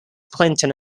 clinton